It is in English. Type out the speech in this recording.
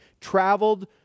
traveled